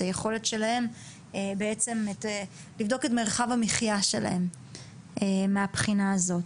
היכולת שלהם ואת מרחב המחייה שלהם מהבחינה הזאת.